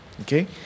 Okay